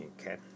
okay